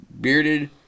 bearded